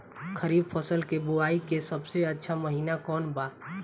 खरीफ फसल के बोआई के सबसे अच्छा महिना कौन बा?